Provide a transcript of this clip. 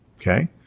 Okay